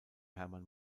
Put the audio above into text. hermann